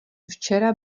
včera